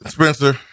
Spencer